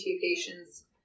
patients